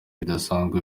bidasanzwe